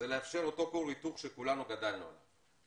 לאפשר את אותו כור היתוך שכולנו גדלנו עליו.